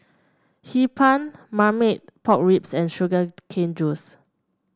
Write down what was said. Hee Pan Marmite Pork Ribs and Sugar Cane Juice